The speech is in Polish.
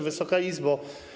Wysoka Izbo!